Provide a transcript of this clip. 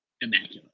immaculate